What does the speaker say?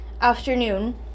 afternoon